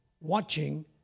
watching